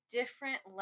different